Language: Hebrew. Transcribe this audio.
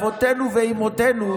מאבותינו ואימותינו,